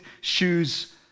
shoes